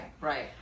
Right